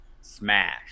smash